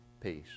peace